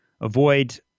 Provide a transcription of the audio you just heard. avoid